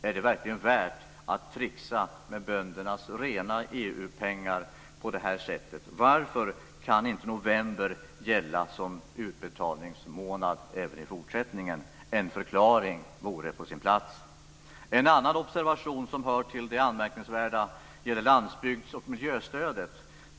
Är det verkligen värt att tricksa med böndernas rena EU-pengar på det här sättet? Varför kan inte november gälla som utbetalningsmånad även i fortsättningen? En förklaring vore på sin plats. En annan observation som hör till det anmärkningsvärda gäller landsbygds och miljöstödet.